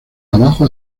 abajo